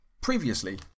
Previously